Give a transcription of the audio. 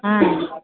ହଁ